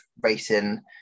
racing